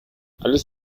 alles